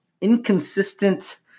inconsistent